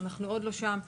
אנחנו עוד לא שם.